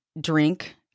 drink